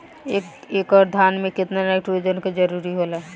एक एकड़ धान मे केतना नाइट्रोजन के जरूरी होला?